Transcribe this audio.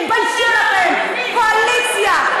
תתביישו לכם, קואליציה.